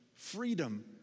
Freedom